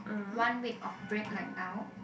one week of break like now